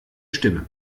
stimme